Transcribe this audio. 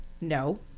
no